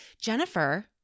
Jennifer